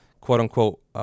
quote-unquote